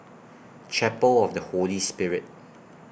Chapel of The Holy Spirit